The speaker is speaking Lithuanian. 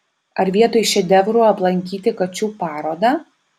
ar vietoj šedevrų aplankyti kačių parodą